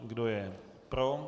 Kdo je pro?